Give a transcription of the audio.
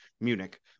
Munich